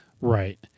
Right